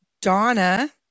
Donna